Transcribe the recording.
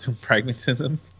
pragmatism